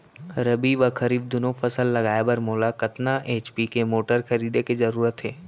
रबि व खरीफ दुनो फसल लगाए बर मोला कतना एच.पी के मोटर खरीदे के जरूरत हे?